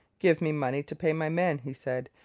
give me money to pay my men he said,